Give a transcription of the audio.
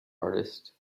artist